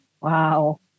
Wow